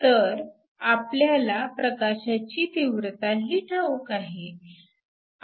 तर आपल्याला प्रकाशाची तीव्रता ही ठाऊक आहे